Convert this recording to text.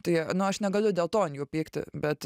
tai nu aš negaliu dėl to ant jų pykti bet